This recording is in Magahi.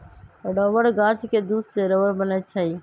रबर गाछ के दूध से रबर बनै छै